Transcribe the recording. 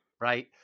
right